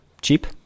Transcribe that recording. cheap